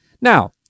Now